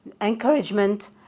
encouragement